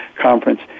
conference